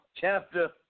chapter